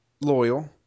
loyal